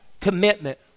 commitment